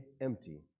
empty